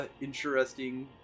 interesting